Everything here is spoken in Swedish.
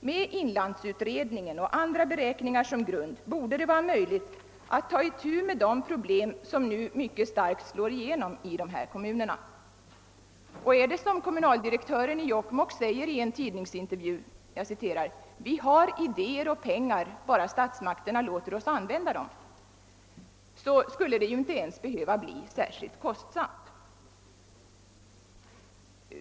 Med inlandsutredningens betänkande och andra beräkningar som grund torde det vara möjligt att ta itu med de problem som nu mycket starkt gör sig gällande i dessa kommuner. Och är det så som kommunaldirektören i Jokkmokk säger i en tidningsintervju, nämligen att >vi har idéer och pengar, bara statsmakterna låter oss använda dem>, skulle det ju inte ens behöva bli särskilt kostsamt.